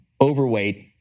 overweight